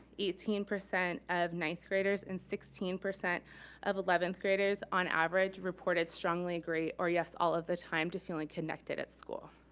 eighteen percent of ninth graders, and sixteen percent of eleventh graders on average reported strongly agree, or yes all of the time to feeling connected at school.